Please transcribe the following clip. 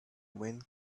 wind